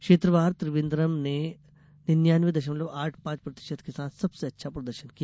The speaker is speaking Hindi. क्षेत्रवार त्रिवेंद्रम ने निन्यानवें दशमलव आठ पांच प्रतिशत के साथ सबसे अच्छा प्रदर्शन किया